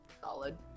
Solid